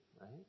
right